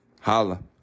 Holla